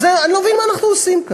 אני לא מבין מה אנחנו עושים כאן.